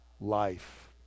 life